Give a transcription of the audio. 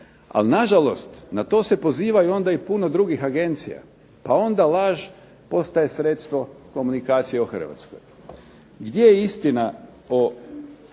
ali na žalost na to se pozivaju onda i puno drugih agencija, pa onda laž postaje sredstvo komunikacije u Hrvatskoj. Gdje je istina po gospodarskoj